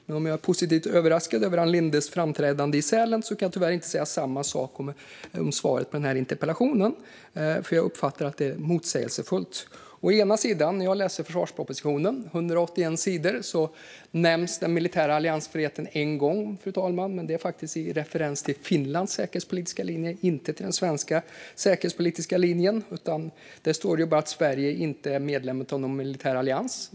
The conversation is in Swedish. Men om jag var positivt överraskad av Ann Lindes framträdande i Sälen kan jag tyvärr inte säga samma sak om svaret på interpellationen, för jag uppfattar att det är motsägelsefullt. Å ena sidan nämns i försvarspropositionen, som omfattar 181 sidor, den militära alliansfriheten en gång, fru talman. Men det är faktiskt i referens till Finlands säkerhetspolitiska linje, inte till den svenska säkerhetspolitiska linjen. Där står det bara att Sverige inte är medlem av någon militär allians.